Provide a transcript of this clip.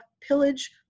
pillage